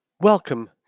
Welcome